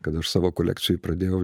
kada aš savo kolekcijoj pradėjau